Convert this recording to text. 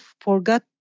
forgot